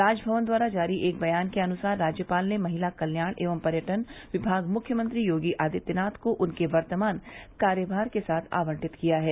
राजशवन द्वारा जारी एक बयान के अनुसार राज्यपाल ने महिला कल्याण एवं पर्यटन विभाग मुख्यमंत्री योगी आदित्यनाथ को उनके वर्तमान कार्यमार के साथ आवंटित किया है